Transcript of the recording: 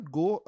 go